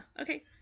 okay